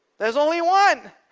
there's only one.